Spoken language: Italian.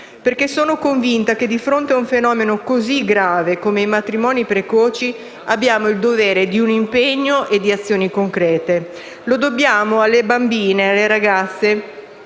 perché sono convinta che, di fronte a un fenomeno così grave come quello dei matrimoni precoci, abbiamo il dovere di impegnarci e di realizzare azioni concrete. Lo dobbiamo alle bambine e alle ragazze